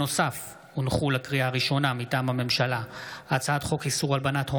8 מיכל מרים וולדיגר (הציונות הדתית):